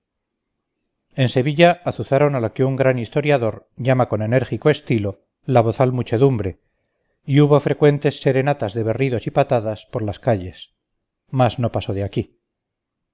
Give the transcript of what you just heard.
en sevilla azuzaron a lo que un gran historiador llama con enérgico estilo la bozal muchedumbre y hubo frecuentes serenatas de berridos y patadas por las calles mas no pasó de aquí